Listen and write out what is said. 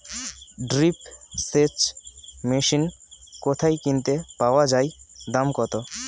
Drip সেচ machine কোথায় কিনতে পাওয়া যায় দাম কত?